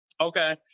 Okay